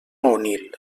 onil